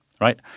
right